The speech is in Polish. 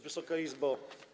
Wysoka Izbo!